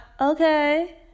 Okay